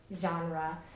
genre